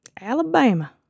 Alabama